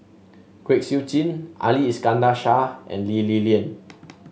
Kwek Siew Jin Ali Iskandar Shah and Lee Li Lian